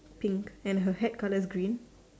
pink and her hat colour is green